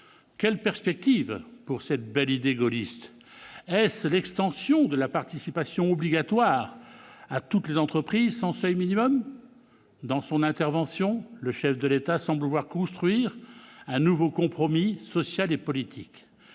quelles perspectives pour cette belle idée gaulliste ? Est-ce l'extension de la participation obligatoire à toutes les entreprises sans seuil minimal ? Dans son intervention, le chef de l'État semble vouloir construire un nouveau compromis social et politique.